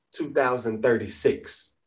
2036